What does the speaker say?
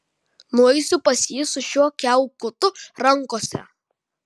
nueisiu pas jį su šiuo kiaukutu rankose